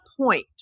point